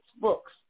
books